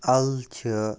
اَلہٕ چھِ